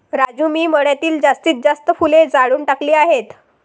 राजू मी मळ्यातील जास्तीत जास्त फुले जाळून टाकली आहेत